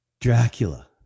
Dracula